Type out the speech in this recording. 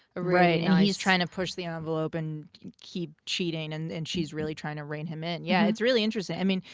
right, and he's trying to push the ah envelope and keep cheating, and and she's really trying to rein him in. yeah, it's really interesting. i mean,